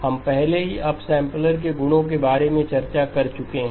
हम पहले ही अपसैंपलर के गुणों के बारे में चर्चा कर चुके हैं